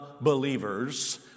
believers